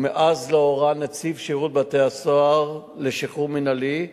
ומאז לא הורה נציב שירות בתי-הסוהר על שחרור מינהלי,